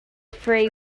free